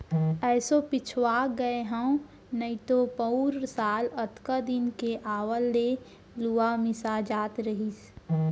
एसो पिछवा गए हँव नइतो पउर साल अतका दिन के आवत ले लुवा मिसा जात रहिस